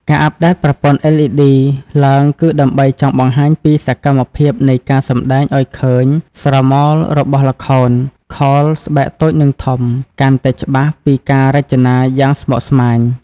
ការអាប់ដេតប្រព័ន្ធ LED ឡើងគឺដើម្បីចង់បង្ហាញពីសកម្មភាពនៃការសម្តែងឲ្យឃើញស្រមោលរបស់ល្ខោនខោស្បែកតូចនិងធំកាន់តែច្បាស់ពីការរចនាយ៉ាងស្មុគស្មាញ។